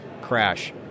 crash